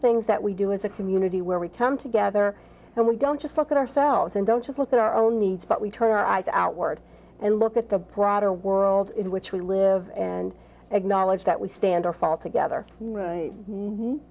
things that we do as a community where we come together and we don't just look at ourselves and don't just look at our own needs but we turn our eyes outward and look at the broader world in which we live and acknowledge that we stand or fall together